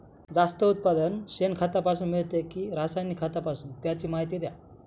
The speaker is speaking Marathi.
जास्त उत्पादन शेणखतापासून मिळते कि रासायनिक खतापासून? त्याची माहिती द्या